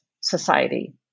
society